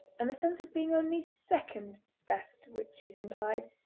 and the sense of being only second best which it implied,